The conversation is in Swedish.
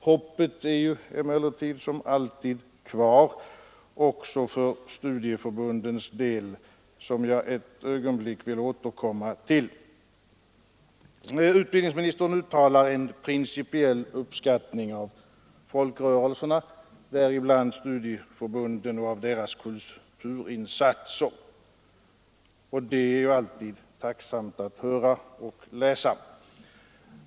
Hoppet är emellertid som alltid kvar också för studieförbundens del, något som jag ett ögonblick vill återkomma till. Utbildningsministern uttalar en principiell uppskattning av folkrörelserna — däribland studieförbunden — och av deras kulturinsatser, och det är ju alltid tacksamt att höra och läsa.